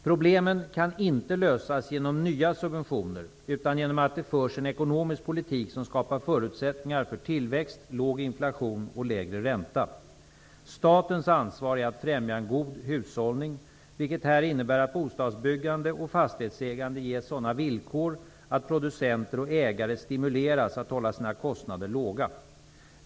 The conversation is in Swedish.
Problemen kan inte lösas genom nya subventioner utan genom att det förs en ekonomisk politik som skapar förutsättningar för tillväxt, låg inflation och lägre ränta. Statens ansvar är att främja god hushållning, vilket här innebär att bostadsbyggande och fastighetsägande ges sådana villkor att producenter och ägare stimuleras att hålla sina kostnader låga.